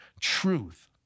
truth